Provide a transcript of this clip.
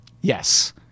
Yes